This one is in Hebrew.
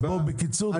אז בקיצור תסביר.